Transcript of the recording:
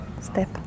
Step